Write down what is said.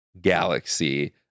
galaxy